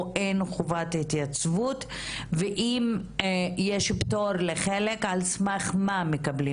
או אין חובת התייצבות ואם יש פטור לחלק על סמך מה מקבלים